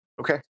Okay